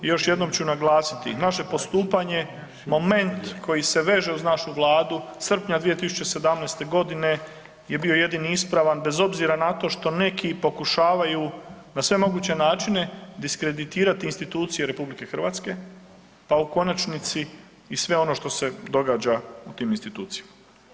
I još jednom ću naglasiti, naše postupanje, moment koji se veže uz našu Vladu srpnja 2017. godine je bio jedini ispravan bez obzira na to što neki pokušavaju na sve moguće načine diskreditirati institucije RH pa u konačnici i sve ono što se događa u tim institucijama.